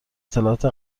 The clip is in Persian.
اطلاعات